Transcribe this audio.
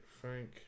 Frank